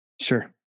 Sure